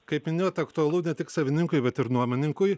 kaip minėjot aktualu ne tik savininkui bet ir nuomininkui